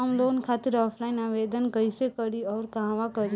हम लोन खातिर ऑफलाइन आवेदन कइसे करि अउर कहवा करी?